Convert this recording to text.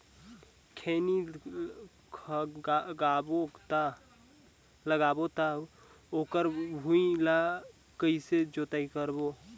खैनी लगाबो ता ओकर भुईं ला कइसे जोताई करबो?